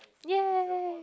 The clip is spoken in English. ya